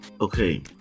Okay